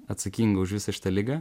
atsakingą už visą šitą ligą